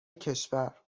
کشور